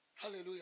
Hallelujah